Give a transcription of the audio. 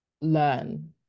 learn